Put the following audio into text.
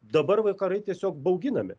dabar vakarai tiesiog bauginami